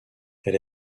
elle